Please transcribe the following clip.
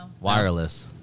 Wireless